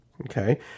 okay